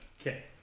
Okay